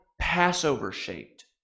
Passover-shaped